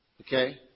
Okay